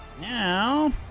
Now